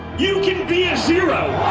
you can be a zero.